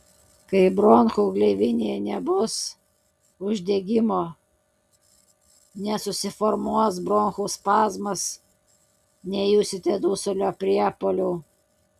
kai bronchų gleivinėje nebus uždegimo nesusiformuos bronchų spazmas nejusite dusulio priepuolių